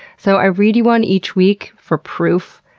so i read you one each week, for proof.